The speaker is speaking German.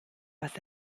was